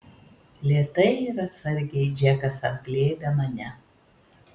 lėtai ir atsargiai džekas apglėbia mane